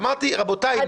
אמרתי: רבותיי,